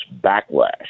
backlash